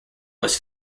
was